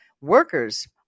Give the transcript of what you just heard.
workers